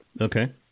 okay